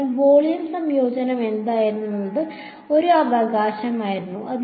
അതിനാൽ വോളിയം സംയോജനം എന്തായിരുന്നു എന്നത് ഒരു അവകാശമായിരുന്നു